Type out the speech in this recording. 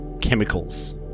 chemicals